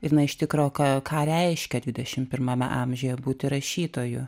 ir na iš tikro ką ką reiškia dvidešim pirmame amžiuje būti rašytoju